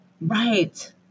right